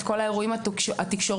את כל האירועים התקשורתיים,